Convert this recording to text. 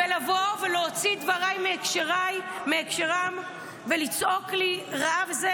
ולבוא ולהוציא את דבריי מהקשרם ולצעוק לי "רעה" וזה,